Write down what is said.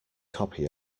copy